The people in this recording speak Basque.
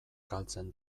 galtzen